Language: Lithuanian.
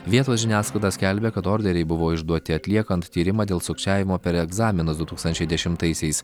vietos žiniasklaida skelbia kad orderiai buvo išduoti atliekant tyrimą dėl sukčiavimo per egzaminus du tūkstančiai dešimtaisiais